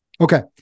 Okay